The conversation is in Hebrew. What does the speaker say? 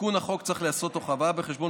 תיקון החוק צריך להיעשות תוך הבאה בחשבון